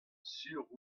sur